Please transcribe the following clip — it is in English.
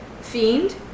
fiend